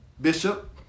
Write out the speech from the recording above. bishop